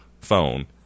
phone